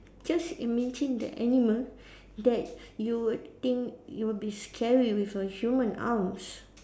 just imagine that animal that you would think it will be scary with a human arms